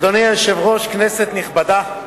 אדוני היושב-ראש, כנסת נכבדה,